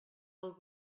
del